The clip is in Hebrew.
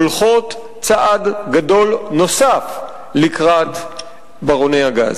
הולכות צעד גדול נוסף לקראת ברוני הגז.